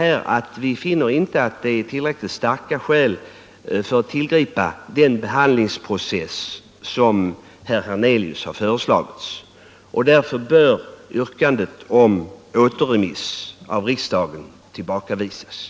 Vi finner inte heller tillräckligt starka skäl för att tillgripa den behandlingsprocess som herr Hernelius föreslagit. Därför bör yrkandet om återremiss tillbakavisas av riksdagen.